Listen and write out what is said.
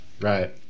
Right